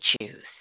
choose